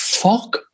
Fuck